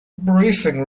briefing